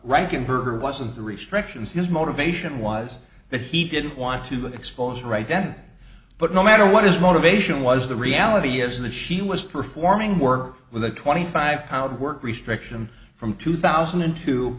her wasn't the restrictions his motivation was that he didn't want to expose right then but no matter what his motivation was the reality is in the she was performing work with a twenty five pound work restriction from two thousand and two